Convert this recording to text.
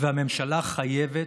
והממשלה חייבת,